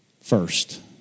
first